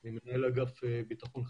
אני מנהל אגף ביטחון,